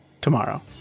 tomorrow